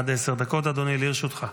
עד עשר דקות, אדוני, לרשותך.